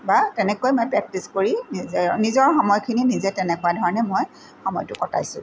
বা তেনেকৈ মই প্ৰেক্টিচ কৰি নিজে নিজৰ সময়খিনি নিজে তেনেকুৱা ধৰণে মই সময়টো কটাইছোঁ